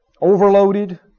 Overloaded